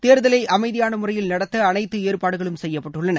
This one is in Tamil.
தேர்தலை அமைதியான முறையில் நடத்த அனைத்து ஏற்பாடுகளும் செய்யப்பட்டுள்ளன